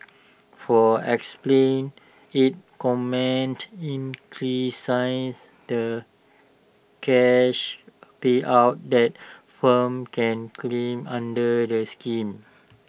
for explain IT commended in the cash payout that firms can claim under the scheme